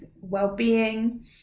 well-being